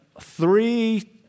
three